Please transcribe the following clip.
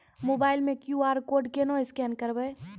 Mobile से QR code केना scan करबै?